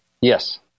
Yes